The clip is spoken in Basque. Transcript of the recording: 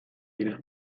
dira